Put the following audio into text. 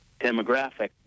demographic